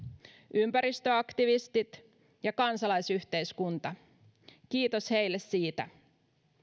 ympäristöaktivistit ja kansalaisyhteiskunta kiitos heille siitä